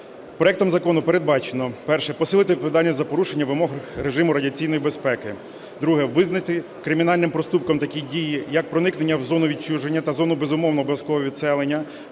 Проектом закону передбачено: перше - посилити відповідальність за порушення вимог режиму радіаційної безпеки; друге - визнати кримінальним проступком такі дії, як проникнення в зону відчуження та зону безумовного (обов'язкового) відселення